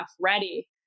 ready